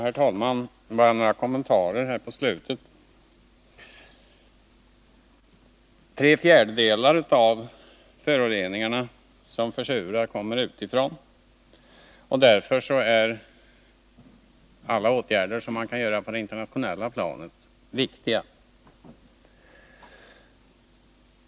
Herr talman! Jag skall bara göra några kommentarer här på slutet. Tre fjärdedelar av föroreningarna som försurar kommer utifrån, och därför är alla åtgärder som kan vidtas på det internationella planet viktiga.